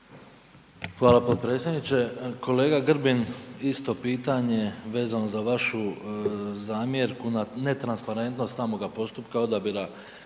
Hvala potpredsjedniče. Kolega Grbin, isto pitanje, vezano za vašu zamjerku na netransparentnost samoga postupka odabira